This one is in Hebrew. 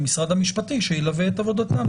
אז שמשרד המשפטים ילווה את עבודתם.